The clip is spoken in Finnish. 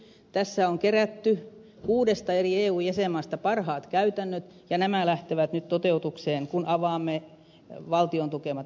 tässä on kerätty kuudesta eri eu jäsenmaasta parhaat käytännöt ja nämä lähtevät nyt toteutukseen kun avaamme valtion tukemat investoinnit